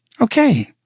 Okay